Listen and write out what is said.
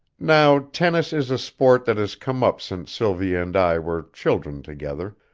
now tennis is a sport that has come up since sylvia and i were children together,